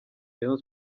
rayon